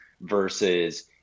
versus